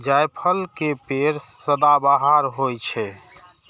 जायफल के पेड़ सदाबहार होइ छै